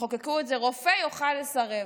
כשתחוקקו את זה, רופא יוכל לסרב.